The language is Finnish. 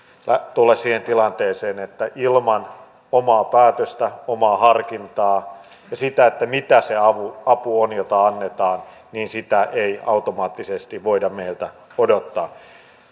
tule siihen tilanteeseen ilman omaa päätöstä omaa harkintaa siitä mitä se apu on jota annetaan sitä ei automaattisesti voida meiltä odottaa